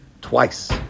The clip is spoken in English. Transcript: twice